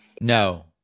No